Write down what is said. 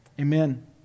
Amen